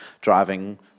driving